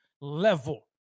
level